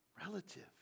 relative